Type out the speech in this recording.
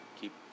keep